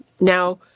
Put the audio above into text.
now